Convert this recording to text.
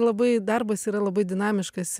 labai darbas yra labai dinamiškas